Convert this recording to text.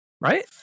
right